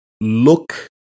look